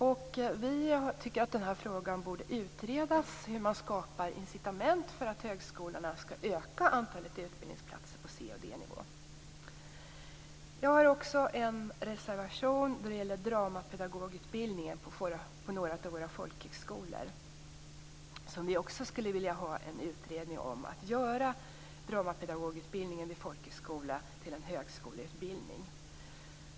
Vänsterpartiet tycker att frågan om hur man skapar incitament för högskolorna att öka antalet utbildningsplatser på C och D-nivå borde utredas. Jag har en reservation som gäller dramapedagogutbildningen på några av våra folkhögskolor. Vi skulle vilja ha en utredning om att göra dramapedagogutbildningen vid en folkhögskola till en högskoleutbildning.